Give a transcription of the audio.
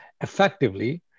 effectively